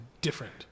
different